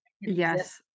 yes